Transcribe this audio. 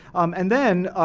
and then,